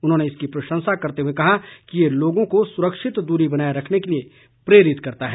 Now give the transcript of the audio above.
उन्होंने इसकी प्रशंसा करते हुए कहा कि यह लोगों को सुरक्षित दूरी बनाए रखने के लिए प्रेरित करता है